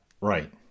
right